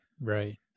right